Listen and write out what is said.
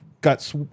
got